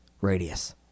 Radius